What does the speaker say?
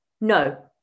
No